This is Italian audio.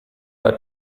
era